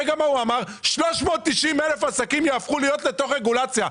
הוא אמר 390,000 עסקים יהפכו להיות לתוך רגולציה.